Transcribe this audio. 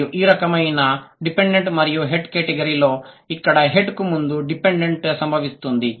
మరియు ఈ రకమైన డిపెండెంట్ మరియు హెడ్ కేటగిరీలో ఇక్కడ హెడ్ కు ముందు డిపెండెంట్ సంభవిస్తుంది